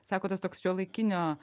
sako tas toks šiuolaikinio